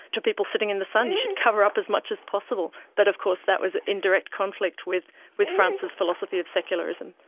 to people sitting in the sun, you should cover up as much as possible, but of course that was in direct conflict with with france's philosophy of secularism.